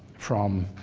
from